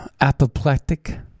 Apoplectic